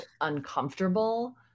uncomfortable